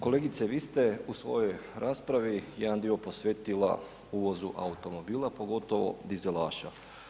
Kolegice vi ste u svojoj raspravi jedan dio posvetila uvozu automobila, pogotovo dizelaša.